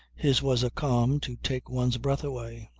his was a calm to take one's breath away.